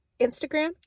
Instagram